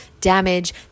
damage